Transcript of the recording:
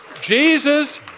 Jesus